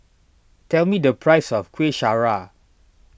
tell me the price of Kuih Syara